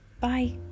Bye